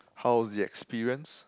how's the experience